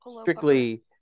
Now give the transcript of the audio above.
strictly